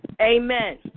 Amen